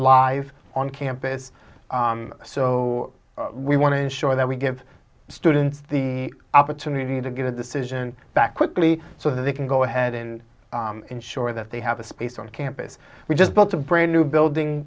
lives on campus so we want to ensure that we give students the opportunity to get the decision back quickly so that they can go ahead and ensure that they have a space on campus we just built a brand new building